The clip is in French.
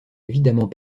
évidemment